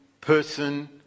person